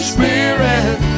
Spirit